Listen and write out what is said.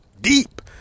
deep